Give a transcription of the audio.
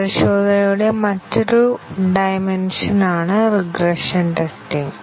പരിശോധനയുടെ മറ്റൊരു ഡൈമെൻഷൻ ആണ് റിഗ്രഷൻ ടെസ്റ്റിംഗ്